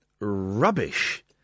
rubbish